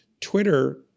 Twitter